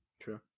True